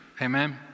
Amen